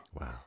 Wow